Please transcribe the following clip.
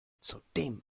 zudem